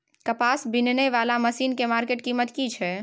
कपास बीनने वाला मसीन के मार्केट कीमत की छै?